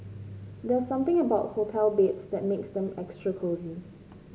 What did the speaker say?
there's something about hotel beds that makes them extra cosy